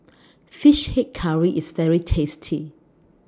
Fish Head Curry IS very tasty